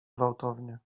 gwałtownie